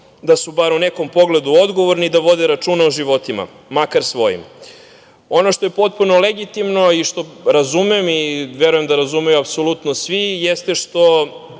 da su bar u nekom pogledu odgovorni i da vode računa o životima, makar svojim. Ono što je potpuno legitimno i što razumem i verujem da razumeju apsolutno svi jeste što